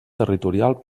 territorial